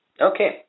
okay